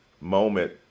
moment